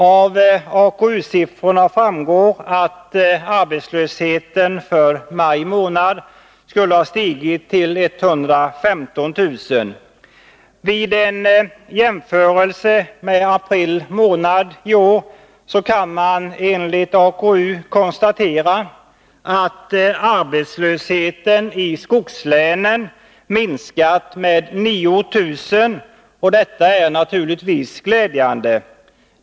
Av AKU-siffrorna framgår att arbetslösheten för maj månad skulle ha stigit till 115 000. Vid en jämförelse med april månad i år kan man enligt AKU konstatera att arbetslösheten i skogslänen minskat med 9 000, och detta är naturligtvis glädjande.